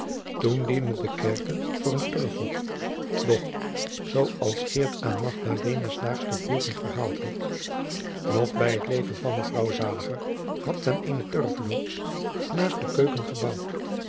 toen diende de kerker voor een turfhok doch zoo als geert aan magdalena s daags te voren verhaald had nog bij t leven van mevrouw zaliger had men eene turfloos naast de keuken gebouwd